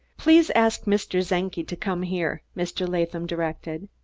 please ask mr. czenki to come here, mr. latham directed.